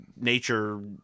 nature